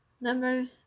numbers